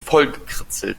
vollgekritzelt